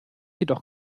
jedoch